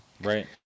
Right